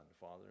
Father